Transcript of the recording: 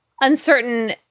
uncertain